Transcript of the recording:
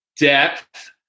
depth